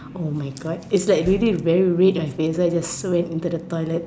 oh my God it's like really very red my face so I just went in to the toilet